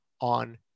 on